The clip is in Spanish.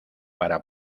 para